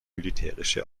militärische